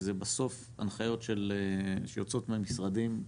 כי זה בסוף הנחיות שיוצאות מהמשרדים.